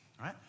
right